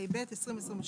התשפ"ב-2022